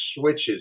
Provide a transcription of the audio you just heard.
switches